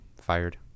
fired